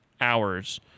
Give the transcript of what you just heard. hours